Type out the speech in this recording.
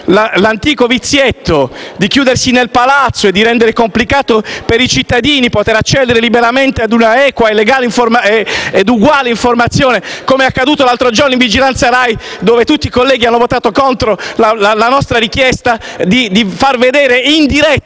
L'antico vizietto di chiudersi nel Palazzo e di rendere complicato per i cittadini poter accedere liberamente a un'equa e uguale informazione - com'è accaduto qualche giorno fa in Commissione di vigilanza RAI, dove tutti i colleghi hanno votato contro la nostra richiesta di trasmettere i lavori